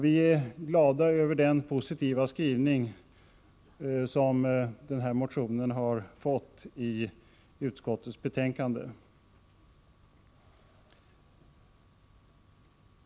Vi är glada över den positiva skrivning som motionen har fått i utskottsbetänkandet.